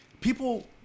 People